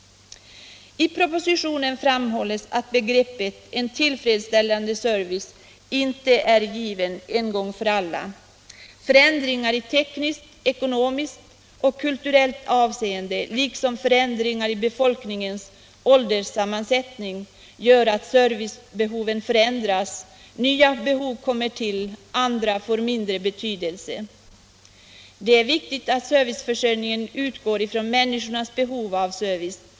I propositionen framhålles att begreppet en tillfredsställande service inte är givet en gång för alla. Förändringar i tekniskt, ekonomiskt och kulturellt avseende, liksom förändringar i befolkningens ålderssammansättning, gör att servicebehoven förändras, nya behov kommer till och andra får mindre betydelse. Det är viktigt att serviceförsörjningen utgår ifrån människornas behov av service.